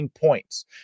points